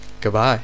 Goodbye